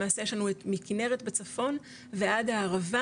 למעשה יש לנו מכנרת בצפון ועד הערבה,